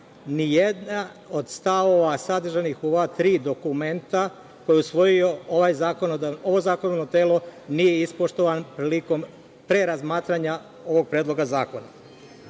Nijedan od stavova sadržanih u ova tri dokumenta, koje je usvojilo ovo zakonodavno telo, nije ispoštovan prilikom pre razmatranja ovog predloga